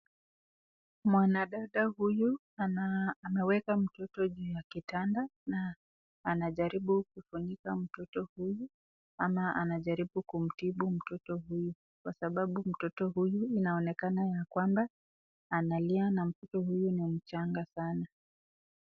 Mwanadada huyu anaweka mtoto juu ya kitanda na anajaribu kufunika mtoto huyu ama anajaribu kumtibu mtoto huyu kwa sababu mtoto huyu inaonekana ya kwamba analia na mtoto huyu ni mchanga sana.